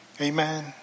Amen